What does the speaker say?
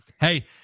hey